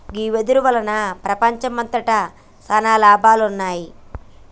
గీ వెదురు వల్ల ప్రపంచంమంతట సాన లాభాలున్నాయి